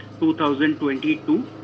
2022